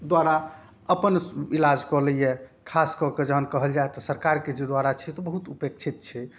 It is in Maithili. द्वारा अपन इलाज कऽ लैये खास कऽ के जहन कहल जाइ तऽ सरकारके जे द्वारा छै बहुत उपेक्षित छै